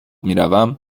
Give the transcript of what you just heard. میروم